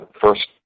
first